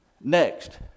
Next